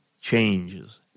changes